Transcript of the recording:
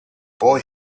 boy